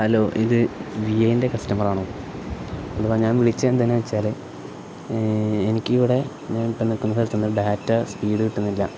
hello ഇത് Vi ൻ്റെ കസ്റ്റമറാണോ അത്പ്പ ഞാൻ വിളിച്ച എന്തന്ന് വെച്ചാല് എനിക്കിവിടെ ഞാൻ ഇപ്പ നിക്കുന്ന സഥലത്തുന്നത് ഡാറ്റ സ്പീഡ് കിട്ടുന്നില്ല